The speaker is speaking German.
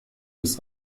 des